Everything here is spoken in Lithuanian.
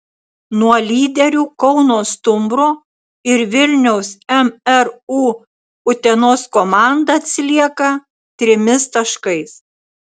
nuo lyderių kauno stumbro ir vilniaus mru utenos komanda atsilieka trimis taškais